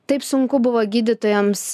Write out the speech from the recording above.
taip sunku buvo gydytojams